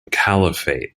caliphate